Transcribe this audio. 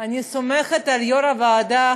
אני סומכת על יושב-ראש הוועדה,